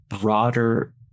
broader